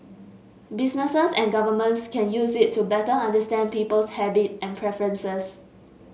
businesses and governments can use it to better understand people's habit and preferences